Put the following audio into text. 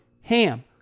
HAM